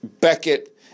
Beckett